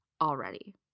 already